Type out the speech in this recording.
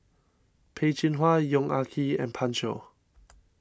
Peh Chin Hua Yong Ah Kee and Pan Shou